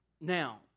now